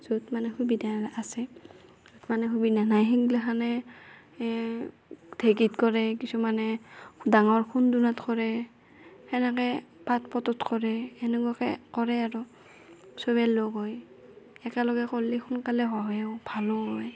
য'ত মানে সুবিধা আছে মানে সুবিধা নাই সেইগিলাখানে ঢেঁকীত কৰে কিছুমানে ডাঙৰ খুন্দোনাত কৰে সেনেকে পাট পটত কৰে সেনেকুৱাকে কৰে আৰু চবে লগ হৈ একেলগে কৰলি সোনকালে হয়ো ভালো হয়